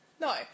No